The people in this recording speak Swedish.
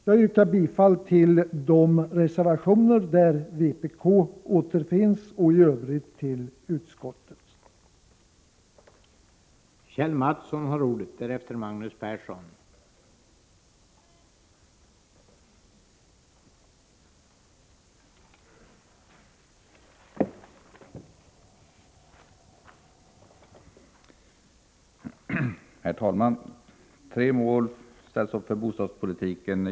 Jag yrkar bifall till de reservationer där vpk återfinns och i övrigt till utskottets hemställan.